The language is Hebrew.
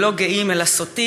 "לא גאים אלא סוטים",